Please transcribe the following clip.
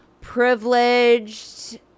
privileged